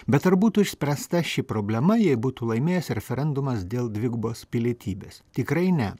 bet ar būtų išspręsta ši problema jei būtų laimėjęs referendumas dėl dvigubos pilietybės tikrai ne